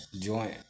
joint